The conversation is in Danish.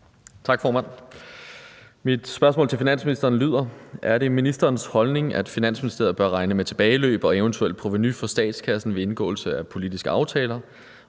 Tak, formand. Mit spørgsmål til finansministeren lyder: Er det ministerens holdning, at Finansministeriet bør regne med tilbageløb og eventuelt provenu for statskassen ved indgåelse af politiske aftaler,